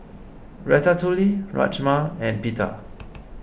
Ratatouille Rajma and Pita